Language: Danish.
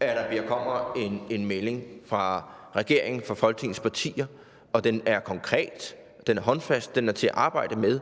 at der kommer en melding fra regeringen og Folketingets partier, og at den er konkret, håndfast og til at arbejde med.